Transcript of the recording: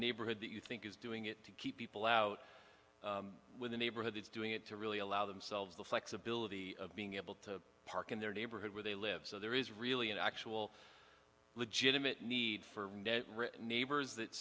neighborhood that you think is doing it to keep people out with the neighborhood it's doing it to really allow themselves the flexibility of being able to park in their neighborhood where they live so there is really an actual legitimate need for written neighbors that